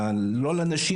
סמנכ"ל הליגות,